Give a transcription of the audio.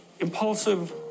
Impulsive